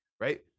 right